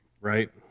Right